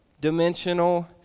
dimensional